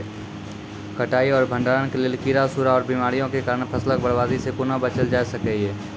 कटाई आर भंडारण के लेल कीड़ा, सूड़ा आर बीमारियों के कारण फसलक बर्बादी सॅ कूना बचेल जाय सकै ये?